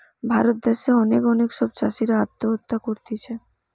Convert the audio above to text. ভারত দ্যাশে অনেক অনেক সব চাষীরা আত্মহত্যা করতিছে